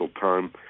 time